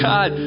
God